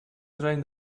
train